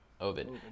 Ovid